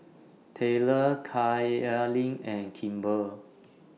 Tayler Kaylynn and Kimber